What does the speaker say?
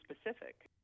specific